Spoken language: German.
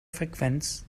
frequenz